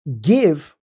give